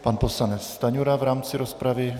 Pan poslanec Stanjura v rámci rozpravy.